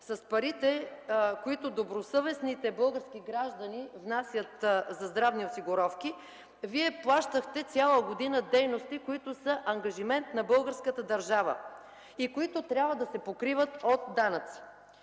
с парите, които добросъвестните български граждани внасят за здравни осигуровки, цяла година Вие плащахте дейности, които са ангажимент на българската държава и трябва да се покриват от данъци.